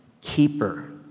keeper